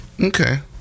Okay